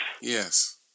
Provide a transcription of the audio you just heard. Yes